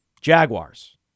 Jaguars